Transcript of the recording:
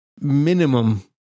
minimum